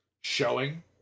showing